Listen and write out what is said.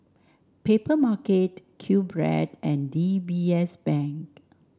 Papermarket Q Bread and D B S Bank